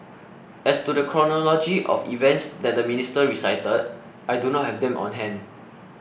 as to the chronology of events that the minister recited I do not have them on hand